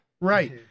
Right